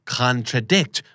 contradict